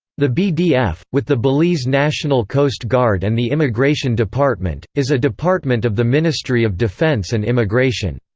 the bdf, with the belize national coast guard and the immigration department, is a department of the ministry of defence and immigration.